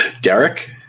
Derek